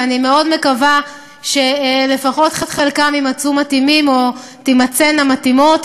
ואני מאוד מקווה שלפחות חלקם יימצאו מתאימים או תימצאנה מתאימות